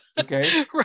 Okay